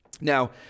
Now